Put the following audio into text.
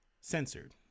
Censored